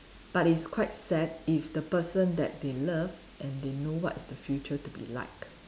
but it's quite sad if the person that they love and they know what's the future to be like